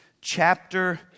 chapter